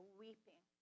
weeping